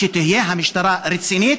שתהיה המשטרה רצינית,